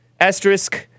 -asterisk